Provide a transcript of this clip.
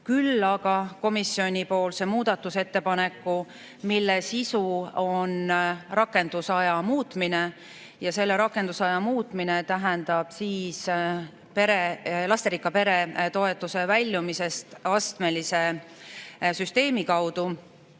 küll aga [arvestasime] komisjoni muudatusettepanekut, mille sisu on rakendusaja muutmine. Ja see rakendusaja muutmine tähendab lasterikka pere toetusest väljumisel astmelise süsteemi kaudu,